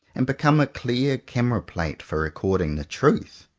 and become a clear camera-plate for recording the truth?